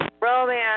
romance